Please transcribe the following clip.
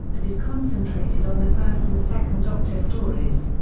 and is concentrated on the first and second doctor stories.